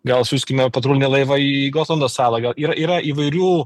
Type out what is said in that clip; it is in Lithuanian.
gal siųskime patrulinį laivą į gotlando salą gal yra yra įvairių